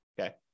Okay